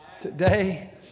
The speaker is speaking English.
today